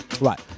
Right